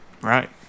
Right